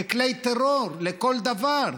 ככלי טרור לכל דבר,